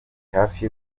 hafi